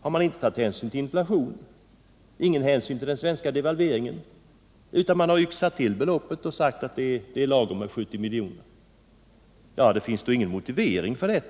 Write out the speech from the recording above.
Har man då inte tagit hänsyn till inflationen och den svenska devalveringen utan bara yxat till ett belopp och sagt att det är lagom med 70 miljoner? Det anförs i varje fall ingen motivering för det